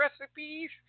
recipes